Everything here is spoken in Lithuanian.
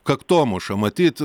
kaktomuša matyt